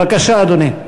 בבקשה, אדוני.